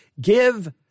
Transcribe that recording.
give